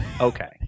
okay